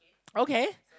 okay